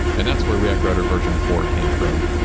and that's where react router version four came from.